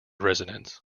residents